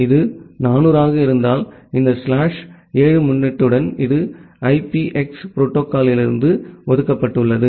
இது 400 ஆக இருந்தால் இந்த ஸ்லாஷ் 7 முன்னொட்டுடன் இது ஐபிஎக்ஸ் புரோட்டோகால்க்கு ஒதுக்கப்பட்டுள்ளது